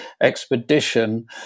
expedition